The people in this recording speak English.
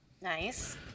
Nice